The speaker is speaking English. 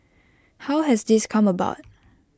how has this come about